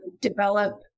develop